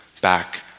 back